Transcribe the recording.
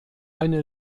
eine